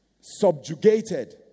subjugated